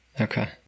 Okay